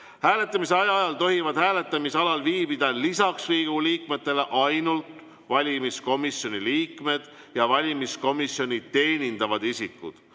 Hääletamise ajal tohivad hääletamisalal viibida lisaks Riigikogu liikmetele ainult valimiskomisjoni liikmed ja valimiskomisjoni teenindavad isikud.